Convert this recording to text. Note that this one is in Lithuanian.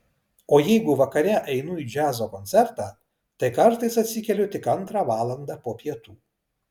o jeigu vakare einu į džiazo koncertą tai kartais atsikeliu tik antrą valandą po pietų